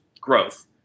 growth